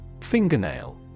Fingernail